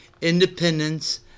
independence